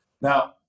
Now